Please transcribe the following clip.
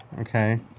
Okay